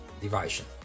Division